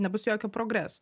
nebus jokio progreso